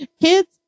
Kids